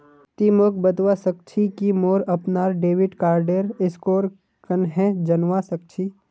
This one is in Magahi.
ति मोक बतवा सक छी कि मोर अपनार डेबिट कार्डेर स्कोर कँहे जनवा सक छी